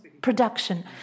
production